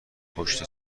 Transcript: پشت